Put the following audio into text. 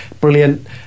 brilliant